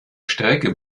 strecke